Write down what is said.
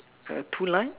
uh two lines